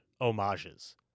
homages